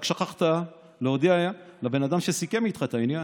רק שכחת להודיע לבן אדם שסיכם איתך את העניין.